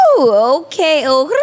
okay